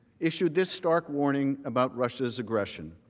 issued this stark warning, about russia's aggression.